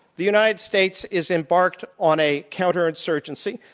the united states is embarked on a counterinsurgency,